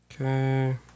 Okay